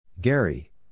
Gary